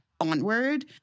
onward